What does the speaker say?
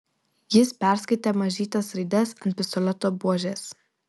jis perskaitė mažytes raides ant pistoleto buožės